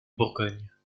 bourgogne